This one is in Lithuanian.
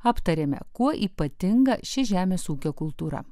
aptarėme kuo ypatinga ši žemės ūkio kultūra